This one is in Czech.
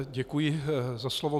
Děkuji za slovo.